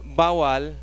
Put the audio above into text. bawal